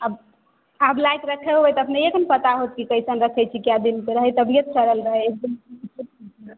आब आब लाबिके राखै होइ तऽ अपनेहिक ने पता होएत कि कइसन रखै छी कए दिनके रहै तभिये सड़ल रहै